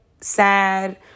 sad